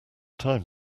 time